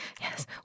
Yes